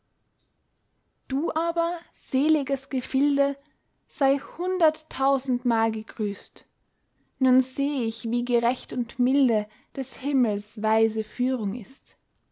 du aber seliges gefilde sei hunderttausendmal gegrüßt nun seh ich wie gerecht und milde des himmels weise führung ist